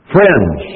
Friends